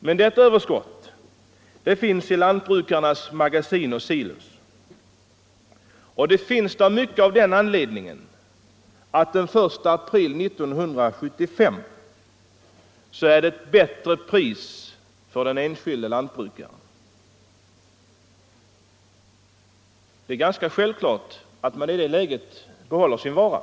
Men detta överskott ligger i lantbrukarnas Torsdagen den magasin och silos; och det ligger där mycket av den anledningen att 12:december 1974 den I april 1975 är priset bättre än nu för den enskilde lantbrukaren. = Det är ganska självklart att man i det läget behåller sin vara.